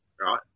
Right